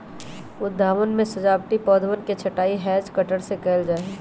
उद्यानवन में सजावटी पौधवन के छँटाई हैज कटर से कइल जाहई